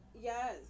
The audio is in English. Yes